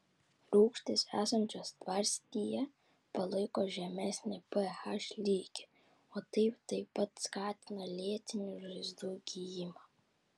rūgštys esančios tvarstyje palaiko žemesnį ph lygį o tai taip pat skatina lėtinių žaizdų gijimą